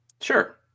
Sure